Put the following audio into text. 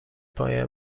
پای